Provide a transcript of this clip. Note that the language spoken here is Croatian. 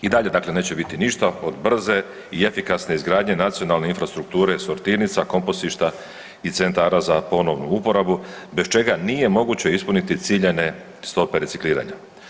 I dalje dakle neće biti ništa od brze i efikasne izgradnje nacionalne infrastrukture sortirnica, komposišta i centara za ponovnu uporabu bez čega nije moguće ispuniti ciljane stope recikliranja.